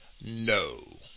No